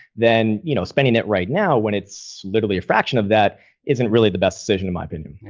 then, you know, spending it right now when it's literally a fraction of that isn't really the best decision, in my opinion.